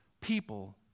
people